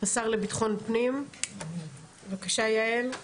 השר לביטחון פנים, בבקשה יעל.